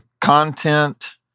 content